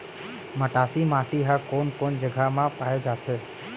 मटासी माटी हा कोन कोन जगह मा पाये जाथे?